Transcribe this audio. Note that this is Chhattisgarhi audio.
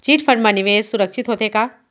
चिट फंड मा निवेश सुरक्षित होथे का?